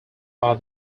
are